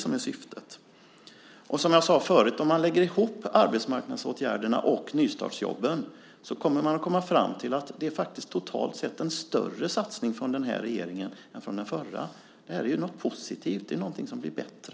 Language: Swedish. Som jag sade förut kommer man, om man lägger ihop arbetsmarknadsåtgärderna och nystartsjobben, fram till att den nuvarande regeringen totalt sett gör en större satsning än den förra. Det är positivt. På så sätt blir det bättre.